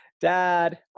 Dad